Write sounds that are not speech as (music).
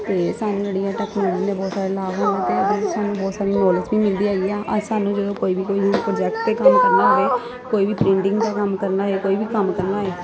ਤੇ ਸਾਨੂੰ ਜਿਹੜੀ ਆ ਟੈਕਨੋਲੋਜੀ ਨੇ ਬਹੁਤ ਸਾਰੇ ਲਾਭ ਹਨ ਅਤੇ (unintelligible) ਬਹੁਤ ਸਾਰੀ ਨੋਲਿਜ ਵੀ ਮਿਲਦੀ ਹੈਗੀ ਆ ਅੱਜ ਸਾਨੂੰ ਜਦੋਂ ਕੋਈ ਵੀ ਕੋਈ ਪ੍ਰੋਜੈਕਟ ਤੇ ਕੰਮ ਕਰਨਾ ਹੋਵੇ ਕੋਈ ਵੀ ਪੇਂਟਿੰਗ ਦਾ ਕੰਮ ਕਰਨਾ ਹੋਏ ਕੋਈ ਵੀ ਕੰਮ ਕਰਨਾ ਹੋਏ